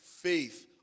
faith